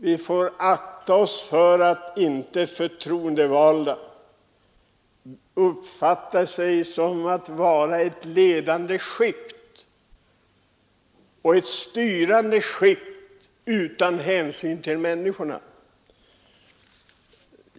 Vi får akta oss så att inte de förtroendevalda uppfattar sig som ett ledande skikt och ett styrande skikt utan hänsyn till medmänniskorna.